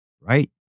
Right